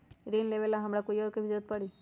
ऋन लेबेला हमरा कोई और के भी जरूरत परी?